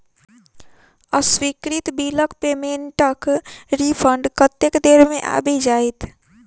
अस्वीकृत बिलक पेमेन्टक रिफन्ड कतेक देर मे आबि जाइत?